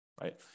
right